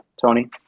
Tony